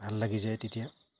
ভাল লাগি যায় তেতিয়া